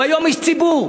הוא היום איש ציבור,